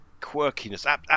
quirkiness